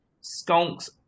Skunks